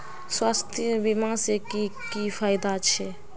स्वास्थ्य बीमा से की की फायदा छे?